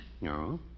no